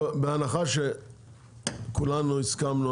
בהנחה שכולנו הסכמנו,